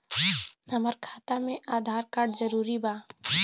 हमार खाता में आधार कार्ड जरूरी बा?